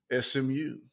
SMU